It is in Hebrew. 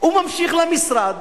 וממשיך למשרד